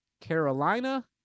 Carolina